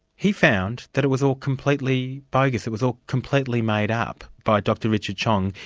he found that it was all completely bogus, it was all completely made up by dr richard tjiong,